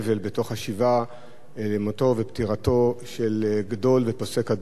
בתוך השבעה למותו ופטירתו של גדול ופוסק הדור,